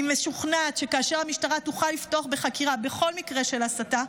אני משוכנעת שכאשר המשטרה תוכל לפתוח בחקירה בכל מקרה של הסתה,